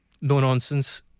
no-nonsense